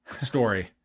story